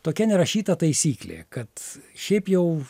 tokia nerašyta taisyklė kad šiaip jau